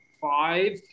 five